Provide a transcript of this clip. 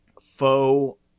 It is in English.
faux